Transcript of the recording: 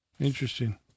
Interesting